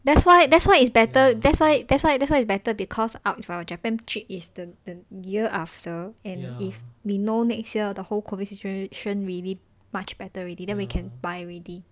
that's why that's why it's better that's why that's why that's why it's better because out of japan cheap is the year after and if we know next year the whole COVID situation really much better already then we can buy already